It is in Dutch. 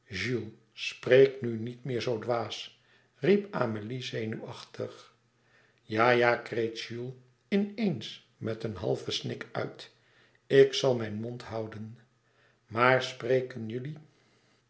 spreek nu niet meer zoo dwaas riep amélie zenuwachtig ja ja kreet jules in eens met een halven snik uit ik zal mijn mond hoûen maar spreken jullie